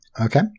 Okay